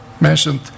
mentioned